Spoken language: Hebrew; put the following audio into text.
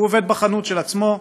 הוא עובד בחנות של עצמו,